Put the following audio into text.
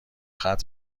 ختم